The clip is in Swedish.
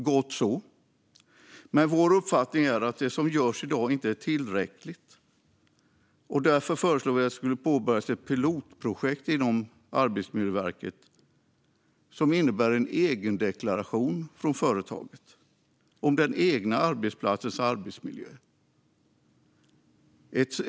Gott så - men vår uppfattning är att det som görs i dag inte är tillräckligt. Därför föreslår vi att det ska påbörjas ett pilotprojekt inom Arbetsmiljöverket som innebär en egendeklaration från företaget om den egna arbetsplatsens arbetsmiljö.